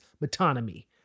metonymy